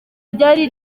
ryari